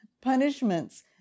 punishments